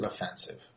offensive